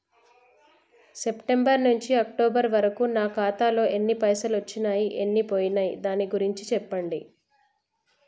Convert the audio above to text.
September నుంచి October వరకు నా ఖాతాలో ఎన్ని పైసలు వచ్చినయ్ ఎన్ని పోయినయ్ దాని గురించి చెప్పండి?